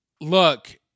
Look